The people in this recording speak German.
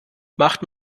macht